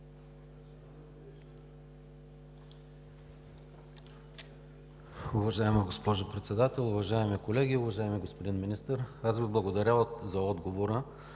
Уважаема госпожо Председател, уважаеми колеги! Уважаеми господин Министър, аз Ви благодаря за отговора